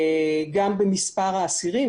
גם במספר האסירים,